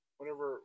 Whenever